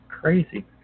Crazy